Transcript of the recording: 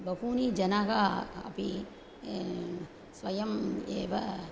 बहूनि जनाः अपि स्वयम् एव